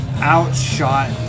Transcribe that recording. outshot